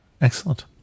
excellent